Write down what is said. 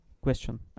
question